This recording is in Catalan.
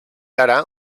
ara